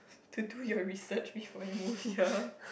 to do your research before you move here